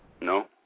No